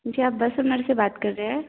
जी आप बस ए मर से बात कर रहे हैं